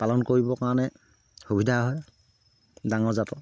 পালন কৰিবৰ কাৰণে সুবিধা হয় ডাঙৰ জাতৰ